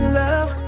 love